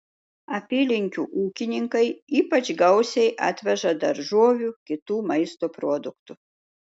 apylinkių ūkininkai ypač gausiai atveža daržovių kitų maisto produktų